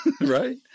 Right